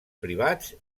privats